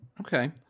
okay